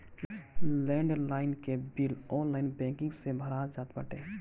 land line के bill online banking से भरा जात बाटे